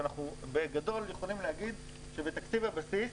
בגדול אנחנו יכולים להגיד שבתקציב הבסיס,